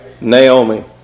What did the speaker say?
Naomi